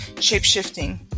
shape-shifting